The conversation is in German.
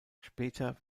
später